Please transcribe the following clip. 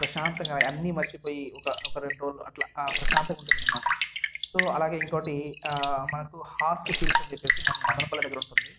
ప్రశాంతంగా అన్ని మర్చిపోయి ఒక ఒక రెండు రోజులు అట్లా ప్రశాంతంగా ఉంటది అనమాట సో అలాగే ఇంకోటి మనకు హార్స్ హిల్స్ అని చెప్పేసి మనకు మదనపల్లి దగ్గర ఉంటుంది